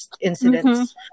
incidents